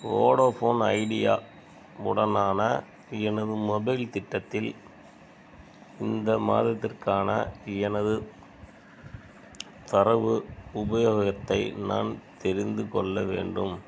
Vodafone Idea உடனான எனது mobile திட்டத்தில் இந்த மாதத்திற்கான எனது தரவு உபயோகத்தை நான் தெரிந்து கொள்ள வேண்டும்